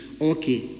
Okay